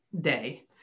day